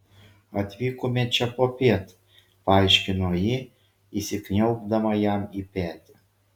atvykome čia popiet paaiškino ji įsikniaubdama jam į petį